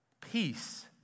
peace